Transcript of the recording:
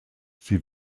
sie